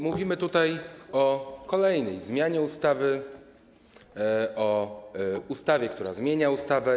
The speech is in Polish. Mówimy tutaj o kolejnej zmianie ustawy, o ustawie, która zmienia ustawę.